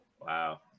Wow